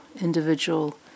individual